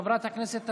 חברת הכנסת טטיאנה,